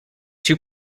two